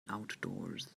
outdoors